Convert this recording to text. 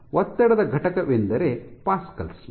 ಒತ್ತಡದ ಘಟಕವೆಂದರೆ ಪ್ಯಾಸ್ಕಲ್ಸ್